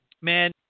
man